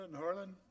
Harlan